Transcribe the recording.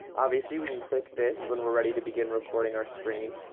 obviously we can click this when we're ready to begin recording our screen.